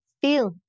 feel